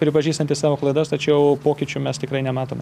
pripažįstantis savo klaidas tačiau pokyčių mes tikrai nematome